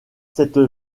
cette